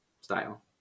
Style